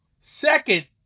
Second